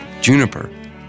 juniper